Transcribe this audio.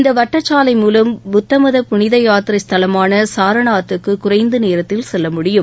இந்த வட்டச்சாலை மூலம் புத்தமத புனிதயாத்திரை ஸ்தலமான சாரநாத்துக்கு குறைந்த நேரத்தில் செல்ல முடியும்